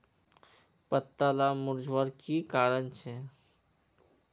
पत्ताला मुरझ्वार की कारण छे?